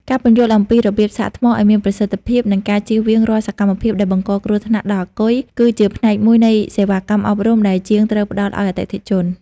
ការពន្យល់អំពីរបៀបសាកថ្មឱ្យមានប្រសិទ្ធភាព និងការចៀសវាងរាល់សកម្មភាពដែលបង្កគ្រោះថ្នាក់ដល់អាគុយ គឺជាផ្នែកមួយនៃសេវាកម្មអប់រំដែលជាងត្រូវផ្តល់ឱ្យអតិថិជន។